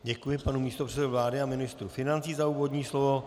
Děkuji panu místopředsedovi vlády a ministru financí za úvodní slovo.